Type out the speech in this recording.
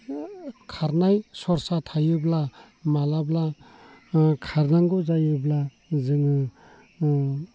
खारनाय सरसा थायोब्ला माब्लाबा खारनांगौ जायोब्ला जोङो